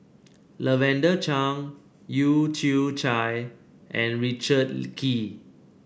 Lavender Chang Leu Yew Chye and Richard Kee